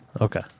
Okay